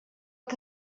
que